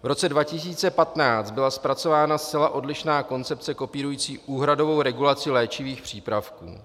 V roce 2015 byla zpracována zcela odlišná koncepce kopírující úhradovou regulaci léčivých přípravků.